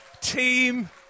team